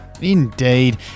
Indeed